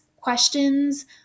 questions